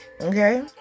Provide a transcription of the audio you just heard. okay